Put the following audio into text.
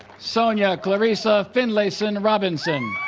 sonya cloressa finlayson robinson